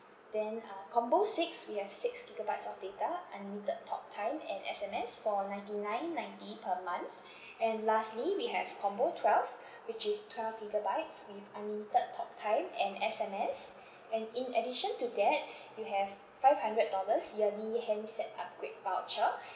then uh combo six we have six gigabytes of data unlimited talktime and S_M_S for ninety nine ninety per month and lastly we have combo twelve which is twelve gigabytes with unlimited talktime and S_M_S and in addition to that you have five hundred dollars yearly handset upgrade voucher